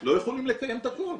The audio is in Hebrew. לא יכולים לקיים את הכל.